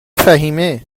فهیمهمگه